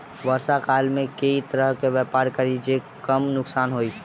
वर्षा काल मे केँ तरहक व्यापार करि जे कम नुकसान होइ?